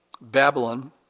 Babylon